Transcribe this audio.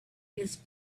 his